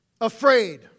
afraid